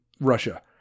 Russia